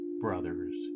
brothers